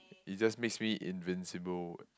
it just makes me invincible